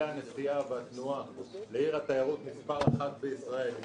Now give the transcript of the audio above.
הנסיעה והתנועה לעיר התיירות מס' אחת בישראל,